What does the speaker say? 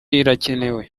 irakenewe